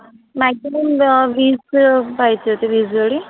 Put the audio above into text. maximum वीस पाहिजे होते वीस जोडी